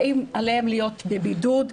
האם עליהן להיות בבידוד,